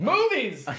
Movies